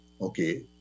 Okay